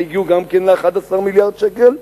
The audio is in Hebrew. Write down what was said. שהגיעו גם ל-11 מיליארד שקל,